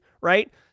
right